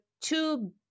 two